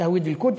"תהוויד אל-קודס",